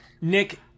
Nick